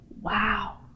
wow